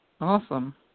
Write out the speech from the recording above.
Awesome